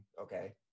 okay